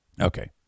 Okay